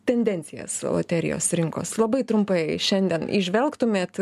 tendencijas loterijos rinkos labai trumpai šiandien įžvelgtumėt